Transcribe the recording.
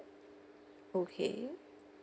okay